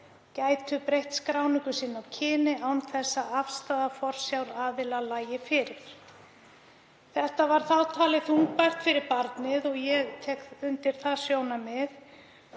gætu breytt skráningu sinni á kyni án þess að afstaða forsjáraðila lægi fyrir. Þetta var þá talið þungbært fyrir barnið og ég tek undir það sjónarmið.